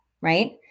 right